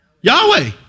Yahweh